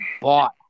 bought